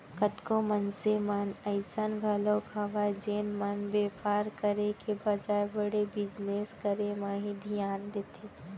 कतको मनसे मन अइसन घलौ हवय जेन मन बेपार करे के बजाय बड़े बिजनेस करे म ही धियान देथे